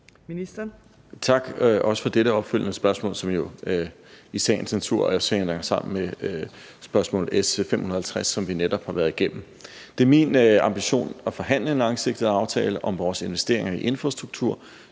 også for dette opfølgende spørgsmål, som jo i sagens natur hænger sammen med spørgsmål S 550, som vi netop har været igennem. Det er min ambition at forhandle en langsigtet aftale om vores investeringer i infrastruktur,